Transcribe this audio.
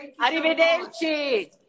Arrivederci